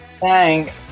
Thanks